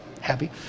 happy